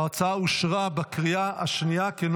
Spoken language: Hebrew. ההצעה, כנוסח הוועדה, אושרה בקריאה השנייה.